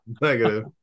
Negative